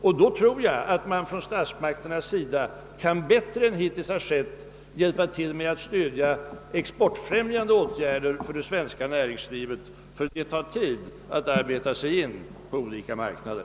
Jag tror att statsmakterna då bättre än hittills kan hjälpa till genom att i tid vidta exportfrämjande åtgärder för att stödja det svenska näringslivet. Det tar nämligen också tid att arbeta sig in på olika marknader.